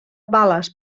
bales